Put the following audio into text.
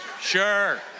sure